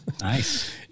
Nice